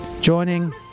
joining